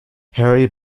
harry